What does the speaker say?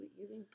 using